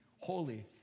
Holy